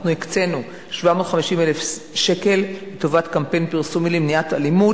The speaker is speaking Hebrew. אנחנו הקצינו 750,000 שקלים לטובת קמפיין פרסומי למניעת אלימות,